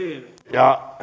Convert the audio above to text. ja